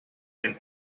del